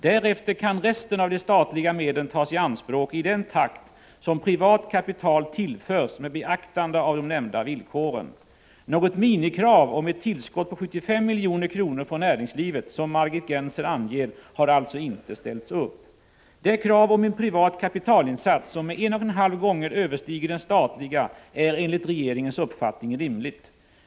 Därefter kan resten av de statliga medlen tas i anspråk i den takt som privat kapital tillförs med beaktande av de nämnda villkoren. Något minimikrav om ett tillskott på 75 milj.kr. från näringslivet, som Margit Gennser anger, har alltså inte ställts upp. Det krav om en privat kapitalinsats som med 1,5 gånger överstiger den statliga är enligt regeringens uppfattning rimligt.